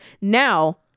Now